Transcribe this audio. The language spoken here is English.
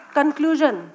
conclusion